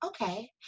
okay